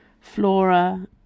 Flora